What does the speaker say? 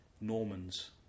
Normans